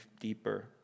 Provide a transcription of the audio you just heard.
deeper